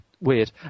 weird